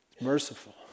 Merciful